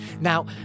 Now